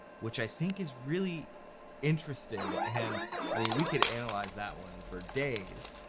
which i think is really interesting, and i mean, we could analyze that one for days,